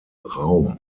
raum